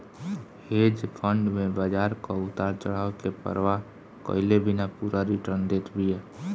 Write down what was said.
hedge fund में बाजार कअ उतार चढ़ाव के परवाह कईले बिना पूरा रिटर्न देत बिया